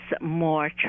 more